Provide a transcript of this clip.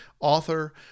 author